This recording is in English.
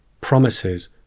promises